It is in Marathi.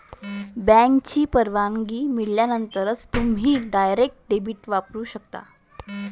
बँकेची परवानगी मिळाल्यानंतरच तुम्ही डायरेक्ट डेबिट वापरू शकता